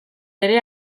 ere